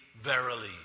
verily